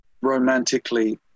Romantically